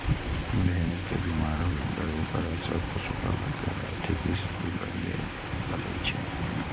भेड़ के बीमार होइ पर ओकर असर पशुपालक केर आर्थिक स्थिति पर पड़ै छै